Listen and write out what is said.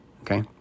okay